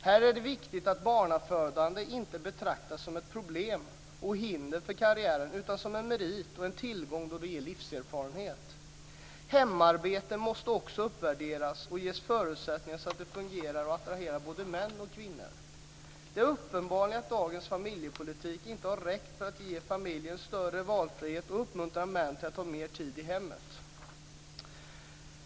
Här är det viktigt att barnafödande inte betraktas som ett problem och ett hinder för karriären utan som en merit och en tillgång då det ger livserfarenhet. Hemarbete måste också uppvärderas och ges förutsättningar så att det fungerar och attraherar både män och kvinnor. Det är uppenbart att dagens familjepolitik inte har räckt för att ge familjerna större valfrihet och uppmuntra män till att ta mer tid i hemmet.